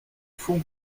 fond